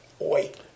Wait